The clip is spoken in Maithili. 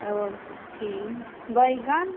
ओ अथी बैगन